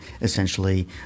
essentially